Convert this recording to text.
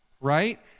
right